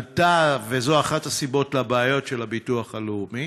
עלתה, וזו אחת הסיבות לבעיות של הביטוח הלאומי.